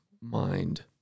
mind